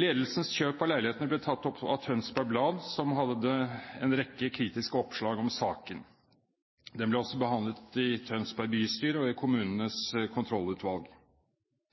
Ledelsens kjøp av leilighetene ble tatt opp av Tønsberg Blad, som hadde en rekke kritiske oppslag om saken. Den ble også behandlet i Tønsberg bystyre og i kommunens kontrollutvalg.